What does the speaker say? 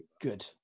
Good